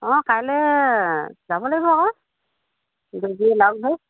অঁ কাইলৈ যাব লাগিব আকৌ